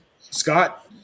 Scott